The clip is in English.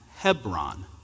Hebron